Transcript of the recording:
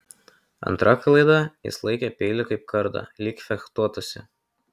antra klaida jis laikė peilį kaip kardą lyg fechtuotųsi